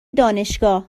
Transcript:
دانشگاه